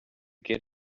get